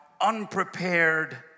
unprepared